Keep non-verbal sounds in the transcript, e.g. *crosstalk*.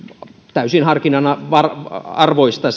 täysin harkinnanarvoista *unintelligible*